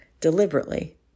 deliberately